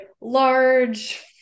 large